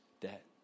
debt